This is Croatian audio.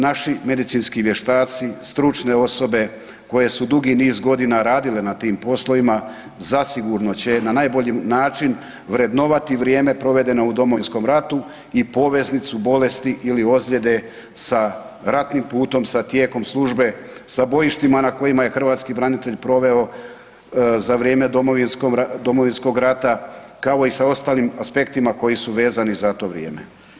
Naši medicinski vještaci, stručne osobe koje su dugi niz godina radile na tim poslovima, zasigurno će na najbolji način vrednovati vrijeme provedeno u Domovinskom ratu i poveznicu bolesti ili ozljede sa ratnim putom, sa tijekom službe, sa bojištima na kojima je hrvatski branitelj proveo za vrijeme Domovinskog rata kao i sa ostalim aspektima koji su vezani za to vrijeme.